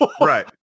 Right